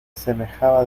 semejaba